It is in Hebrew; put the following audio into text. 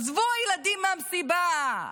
עזבו הילדים מהמסיבה,